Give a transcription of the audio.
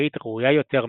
הקרקעית ראויה יותר מהאחרות,